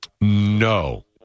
No